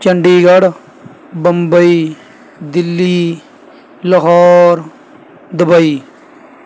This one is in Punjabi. ਚੰਡੀਗੜ੍ਹ ਬੰਬਈ ਦਿੱਲੀ ਲਾਹੌਰ ਦੁਬਈ